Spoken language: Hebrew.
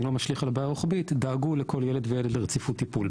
אני לא משליך על הבעיה הרוחבית דאגו לכל ילד וילד לרציפות טיפול.